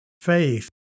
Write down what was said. faith